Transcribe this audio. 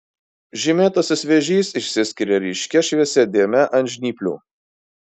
žymėtasis vėžys išsiskiria ryškia šviesia dėme ant žnyplių